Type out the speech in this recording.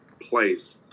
place